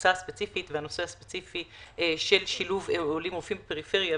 הקבוצה הספציפית והנושא הספציפי של שילוב עולים רופאים בפריפריה,